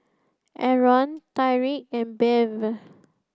Aron Tyriq and Bev